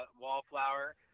wallflower